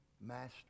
Master